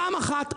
פעם אחת,